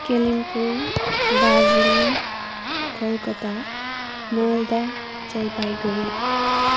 Kalimpong Darjeeling Calcutta Malda Jalpaiguri